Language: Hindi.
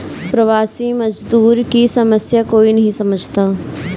प्रवासी मजदूर की समस्या कोई नहीं समझता